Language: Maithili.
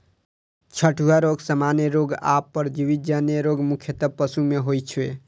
छूतहा रोग, सामान्य रोग आ परजीवी जन्य रोग मुख्यतः पशु मे होइ छै